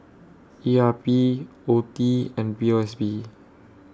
E R P OETI and P O S B